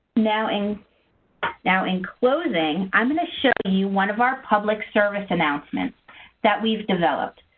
now in now in closing, i'm going to show you one of our public service announcements that we've developed.